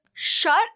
Shut